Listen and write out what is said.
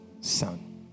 son